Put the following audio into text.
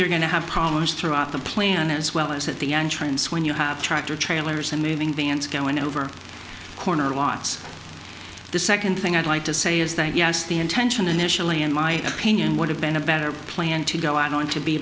you're going to have problems throughout the plan as well as at the entrance when you have tractor trailers and moving vans going over the corner lots the second thing i'd like to say is that yes the intention initially in my opinion would have been a better plan to go out on to be